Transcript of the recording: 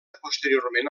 posteriorment